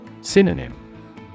Synonym